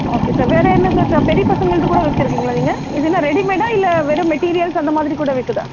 okay sir வேற என்ன sir ச பெரிய பசங்களுது சார் வச்சிருக்கீங்களா நீங்கள் இது என்ன ரெடிமேடாக இல்லை வெறும் மெட்டீரியல்ஸ் அந்த மாதிரி கூட விற்கிதா